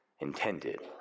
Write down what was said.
intended